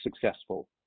successful